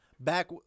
Back